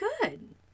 good